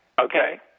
Okay